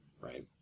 right